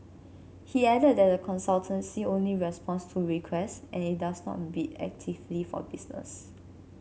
he added that the consultancy only responds to requests and it does not bid actively for business